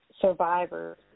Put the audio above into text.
survivors